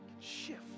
shift